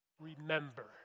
Remember